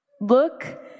Look